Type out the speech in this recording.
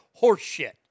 horseshit